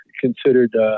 considered